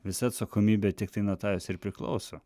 visa atsakomybė tiktai nuo tavęs ir priklauso